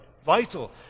vital